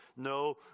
No